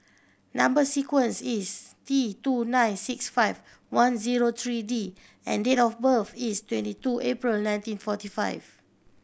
number sequence is T two nine six five one zero three D and date of birth is twenty two April nineteen forty five